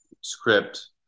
script